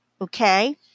Okay